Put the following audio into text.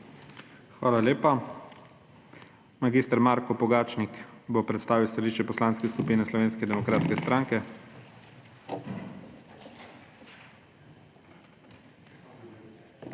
Hvala lepa. Mag. Marko Pogačnik bo predstavil stališče Poslanske skupine Slovenske demokratske stranke. **MAG.